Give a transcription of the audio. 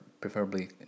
preferably